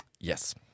Yes